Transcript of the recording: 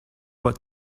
what